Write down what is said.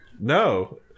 No